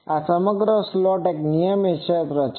તેથી આ સમગ્ર સ્લોટમાં તે એક નિયમિત ક્ષેત્ર છે